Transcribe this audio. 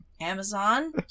amazon